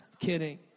kidding